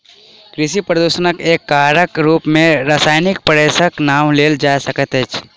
कृषि प्रदूषणक एकटा कारकक रूप मे रासायनिक स्प्रेक नाम लेल जा सकैत अछि